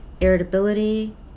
irritability